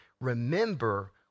remember